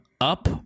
up